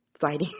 fighting